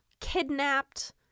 kidnapped